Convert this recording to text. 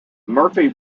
murphy